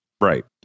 Right